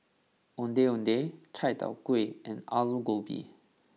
Ondeh Ondeh Chai Tow Kway and Aloo Gobi